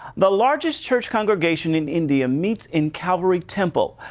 the largest church congregation in india meets in calgary temple.